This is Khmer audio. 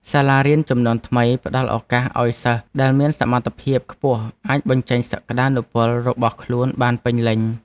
សាលារៀនជំនាន់ថ្មីផ្តល់ឱកាសឱ្យសិស្សដែលមានសមត្ថភាពខ្ពស់អាចបញ្ចេញសក្តានុពលរបស់ខ្លួនបានពេញលេញ។